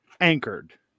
anchored